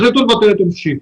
החליטו לבטל את יום שישי.